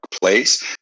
place